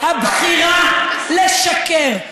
הבחירה לשקר,